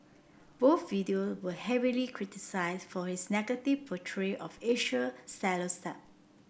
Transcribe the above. both video were heavily criticised for his negative portrayal of Asian stereotype